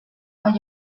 bai